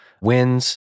Wins